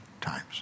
times